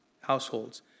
households